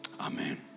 Amen